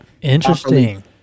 Interesting